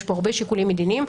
יש פה הרבה שיקולים מדיניים,